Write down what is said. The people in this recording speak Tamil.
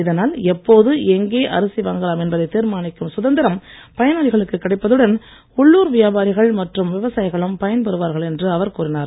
இதனால் எப்போது எங்கே அரிசி வாங்கலாம் என்பதை தீர்மானிக்கும் சுதந்திரம் பயனாளிகளுக்கு கிடைப்பதுடன் உள்ளுர் வியாபாரிகள் மற்றும் விவசாயிகளும் பயன் பெறுவார்கள் என்று அவர் கூறினார்